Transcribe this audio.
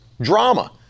drama